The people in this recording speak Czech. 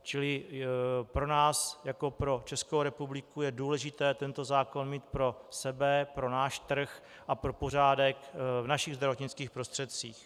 Čili pro nás jako pro Českou republiku je důležité tento zákon mít pro sebe, pro náš trh a pro pořádek v našich zdravotnických prostředcích.